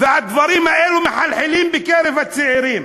והדברים האלה מחלחלים בקרב הצעירים